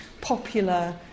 popular